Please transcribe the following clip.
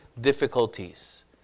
difficulties